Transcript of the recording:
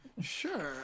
sure